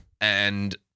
And-